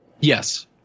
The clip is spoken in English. Yes